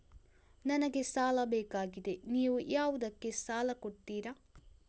ನನಗೆ ಸಾಲ ಬೇಕಾಗಿದೆ, ನೀವು ಯಾವುದಕ್ಕೆ ಸಾಲ ಕೊಡ್ತೀರಿ?